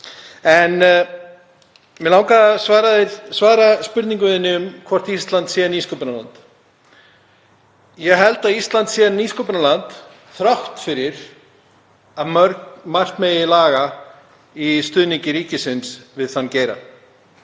En mig langar að svara spurningunni um hvort Ísland sé nýsköpunarland. Ég held að Ísland sé nýsköpunarland þrátt fyrir að margt megi laga í stuðningi ríkisins við þann geira.